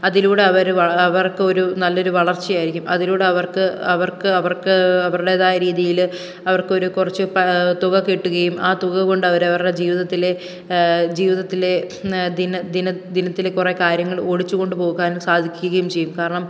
അതിലൂടെ അവർ അവർക്കൊരു നല്ലൊരു വളർച്ചയായിരിക്കും അതിലൂടെ അവർക്ക് അവർക്ക് അവർക്ക് അവരുടെതായ രീതിയിൽ അവർക്ക് ഒരു കുറച്ച് തുക കിട്ടുകയും ആ തുക കൊണ്ട് അവരവരുടെ ജീവിതത്തിലെ ജീവിതത്തിലെ ദിനം ദിനം ദിനത്തിലെ കുറെ കാര്യങ്ങൾ ഓടിച്ച് കൊണ്ട് പോകാനും സാധിക്കുകയും ചെയ്യും കാരണം